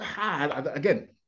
again